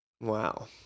Wow